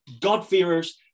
God-fearers